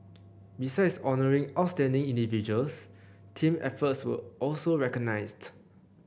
besides honouring outstanding individuals team efforts were also recognized